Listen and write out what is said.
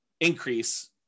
increase